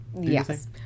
Yes